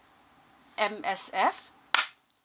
M_S_F